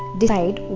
decide